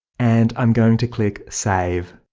and i'm going to click save.